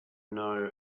know